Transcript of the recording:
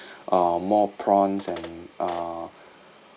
uh more prawns and uh